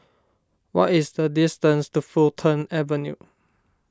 what is the distance to Fulton Avenue